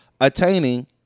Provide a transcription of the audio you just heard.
attaining